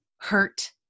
hurt